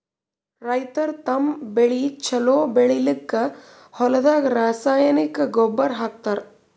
ರೈತರ್ ತಮ್ಮ್ ಬೆಳಿ ಛಲೋ ಬೆಳಿಲಿಕ್ಕ್ ಹೊಲ್ದಾಗ ರಾಸಾಯನಿಕ್ ಗೊಬ್ಬರ್ ಹಾಕ್ತಾರ್